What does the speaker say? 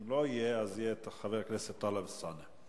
אם לא יהיה, יהיה חבר הכנסת טלב אלסאנע.